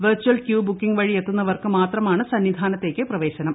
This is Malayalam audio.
വെർച്ചൽ ക്യൂ ബുക്കിംഗ് വഴി എത്തുന്നവർക്കു മാത്രമാണ് സന്നിധാനത്തേക്ക് പ്രവേശനം